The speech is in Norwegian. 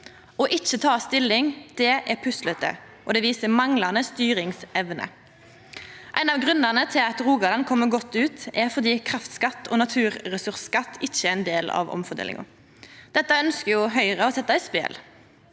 Å ikkje ta stilling er puslete, og det viser manglande styringsevne. Ein av grunnane til at Rogaland kjem godt ut, er at kraftskatt og naturressursskatt ikkje er ein del av omfordelinga. Dette ønskjer Høgre å setja i spel.